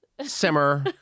simmer